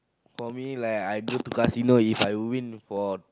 for me like I go to casino If I win for